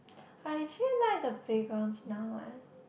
I actually like the playgrounds now eh